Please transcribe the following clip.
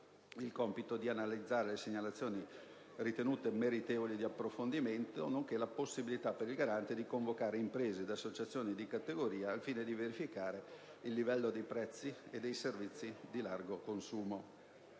il compito di analizzare le segnalazioni ritenute meritevoli di approfondimento, nonché la possibilità di convocare imprese ed associazioni di categoria al fine di verificare i livelli di prezzo dei beni e dei servizi di largo consumo.